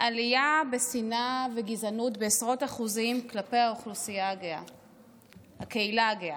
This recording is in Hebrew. עלייה בשנאה וגזענות בעשרות אחוזים כלפי הקהילה הגאה.